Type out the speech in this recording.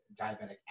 diabetic